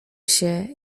się